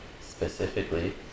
Specifically